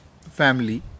family